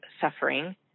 suffering